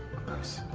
pose